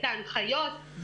ההנחיות.